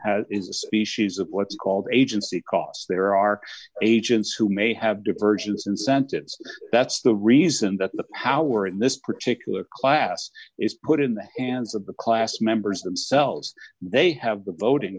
action is a species of what's called agency cos there are agents who may have divergence incentives d that's the reason that the power in this particular class is put in the hands of the class members themselves they have the voting